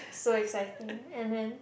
so exciting and then